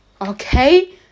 Okay